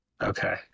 Okay